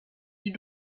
you